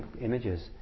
images